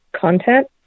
content